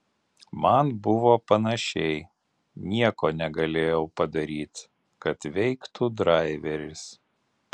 man buvo panašiai nieko negalėjau padaryt kad veiktų draiveris